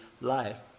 life